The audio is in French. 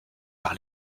par